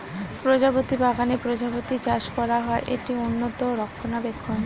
প্রজাপতি বাগানে প্রজাপতি চাষ করা হয়, এটি উন্নত রক্ষণাবেক্ষণ